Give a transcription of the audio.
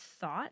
thought